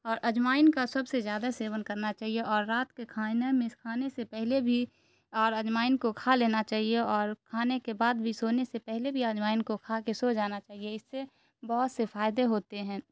اور اجوائن کا سب سے زیادہ سیون کرنا چاہیے اور رات کے کھانے میں کھانے سے پہلے بھی اور اجوائن کو کھا لینا چاہیے اور کھانے کے بعد بھی سونے سے پہلے بھی اجوائن کو کھا کے سو جانا چاہیے اس سے بہت سے فائدے ہوتے ہیں